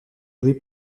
douée